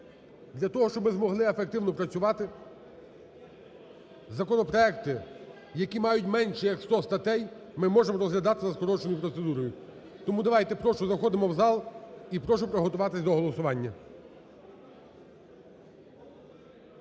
для того, щоб ми змогли ефективно працювати, законопроекти, які мають менше як сто статей, ми можемо розглядати за скороченою процедурою. Тому давайте, прошу, заходимо в зал і прошу приготуватися до голосування.